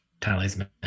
talisman